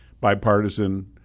bipartisan